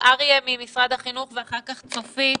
אריה ממשרד החינוך, ואחר כך צופית.